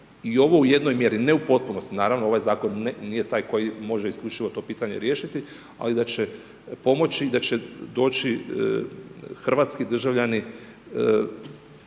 će ovo u jednoj mjeri, ne u potpunosti, naravno ovaj zakon, nije taj koji može isključivost to pitanje riješiti, ali da će pomoći i da će doći hrvatski državljani,